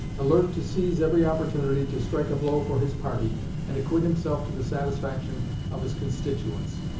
alert to seize every opportunity to strike a blow for his party and acquit himself to the satisfaction of his constituents.